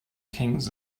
kings